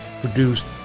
produced